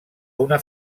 una